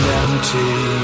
empty